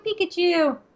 Pikachu